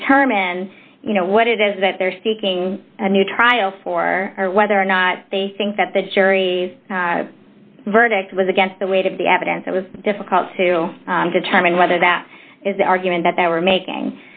determine what it is that they're seeking a new trial for or whether or not they think that the jury's verdict was against the weight of the evidence it was difficult to determine whether that is the argument that they were making